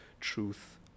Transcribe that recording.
truth